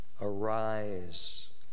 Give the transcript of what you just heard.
Arise